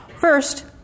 First